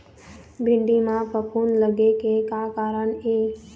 भिंडी म फफूंद लगे के का कारण ये?